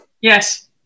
Yes